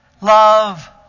Love